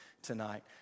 tonight